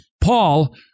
Paul